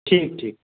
ठीक ठीक